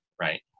Right